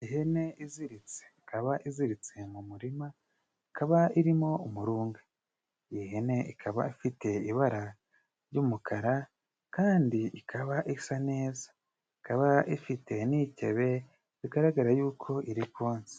Ihene iziritse ikaba iziritse mu murima ikaba irimo umurunga. Iyi hene ikaba ifite ibara ry'umukara kandi ikaba isa neza, ikaba ifite n'icebe bigaragara yuko iri konsa.